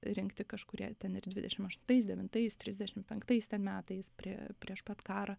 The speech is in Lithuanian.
rinkti kažkurie ten ir dvidešim aštuntais devintais trisdešim penktais ten metais prie prieš pat karą